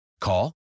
Call